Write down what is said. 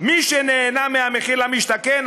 מי שנהנה מהמחיר למשתכן,